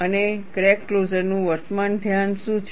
અને ક્રેક ક્લોઝરનું વર્તમાન ધ્યાન શું છે